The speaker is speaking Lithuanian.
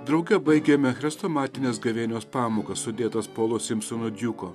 drauge baigėme chrestomatines gavėnios pamokas sudėtas polo simsono djuko